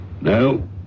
No